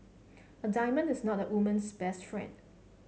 a diamond is not a woman's best friend